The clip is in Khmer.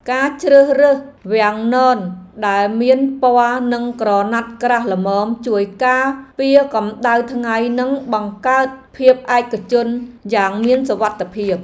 ការជ្រើសរើសវាំងននដែលមានពណ៌និងក្រណាត់ក្រាស់ល្មមជួយការពារកម្ដៅថ្ងៃនិងបង្កើតភាពឯកជនយ៉ាងមានសុវត្ថិភាព។